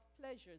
pleasures